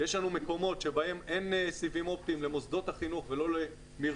יש לנו מקומות בהם אין סיבים אופטיים למוסדות החינוך ולא למרפאות,